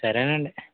సరేనండి